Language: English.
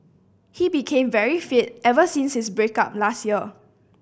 he became very fit ever since his break up last year